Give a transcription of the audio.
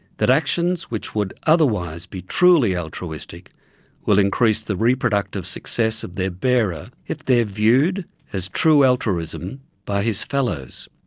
that actions which would otherwise be truly altruistic will increase the reproductive success of their bearer if they are viewed as true altruism by his fellows.